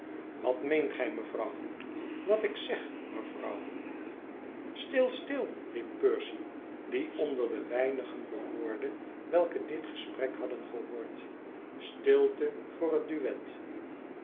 watmeent gij mevrouw wat ik zeg mevrouw stil stil riep percy die onder de weinigen behoorde welke dit gesprek hadden gehoord stilte voor het duet